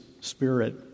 spirit